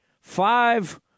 five